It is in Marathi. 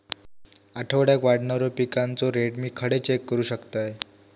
आठवड्याक वाढणारो पिकांचो रेट मी खडे चेक करू शकतय?